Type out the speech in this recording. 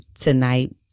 tonight